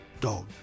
dog